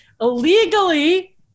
illegally –